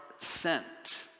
sent